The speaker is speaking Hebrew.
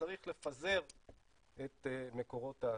שצריך לפזר את מקורות האספקה.